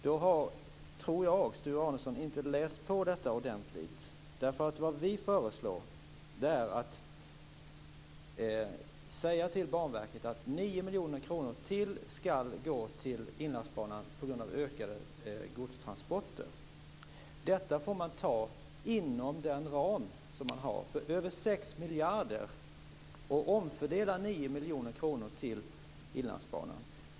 Då tror jag att Sture Arnesson inte har läst på detta ordentligt. Vi föreslår att man säger till Banverket att 9 miljoner kronor till skall gå till Inlandsbanan på grund av ökade godstransporter. Detta får tas inom den ram som finns på över 6 miljarder. Man får omfördela 9 miljoner kronor till Inlandsbanan.